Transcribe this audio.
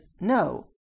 No